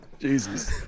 Jesus